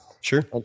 Sure